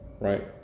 right